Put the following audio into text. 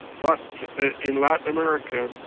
but in latin america,